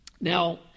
Now